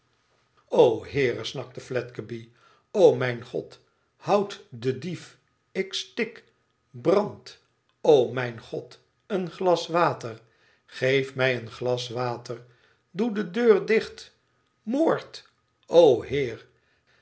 o heere snakte fledgeby o mijn god houd den dief ik stik brand o mijn god een glas water geef mij een glas water doe de deur dicht moord o heer